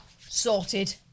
sorted